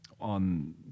on